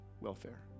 welfare